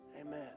Amen